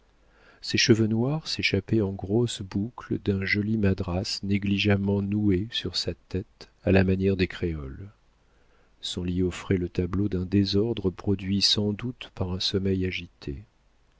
ses cheveux noirs s'échappaient en grosses boucles d'un joli madras négligemment noué sur sa tête à la manière des créoles son lit offrait le tableau d'un désordre produit sans doute par un sommeil agité